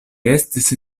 estis